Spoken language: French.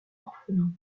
orphelins